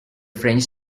french